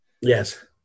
yes